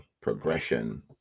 progression